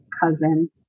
cousin